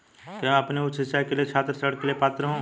क्या मैं अपनी उच्च शिक्षा के लिए छात्र ऋण के लिए पात्र हूँ?